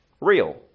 real